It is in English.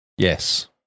Yes